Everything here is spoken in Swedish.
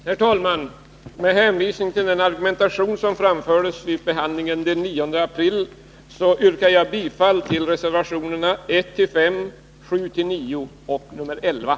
Herr talman! Med hänvisning till den argumentation som framfördes vid behandlingen den 9 april yrkar jag bifall till reservationerna 1-5, 7-9 och 1.